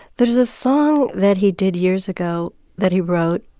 there's a song that he did years ago that he wrote,